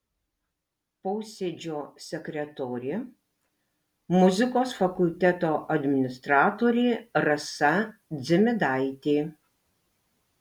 posėdžio sekretorė muzikos fakulteto administratorė rasa dzimidaitė